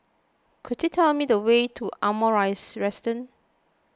could you tell me the way to Ardmore Residence